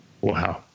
Wow